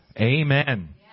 Amen